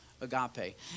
agape